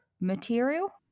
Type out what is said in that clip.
material